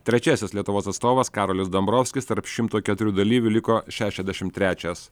trečiasis lietuvos atstovas karolis dombrovskis tarp šimto keturių dalyvių liko šešiasdešim trečias